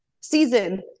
season